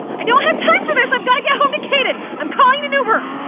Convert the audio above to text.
i don't have time for this i've gotta get home to kaden i'm calling an uber!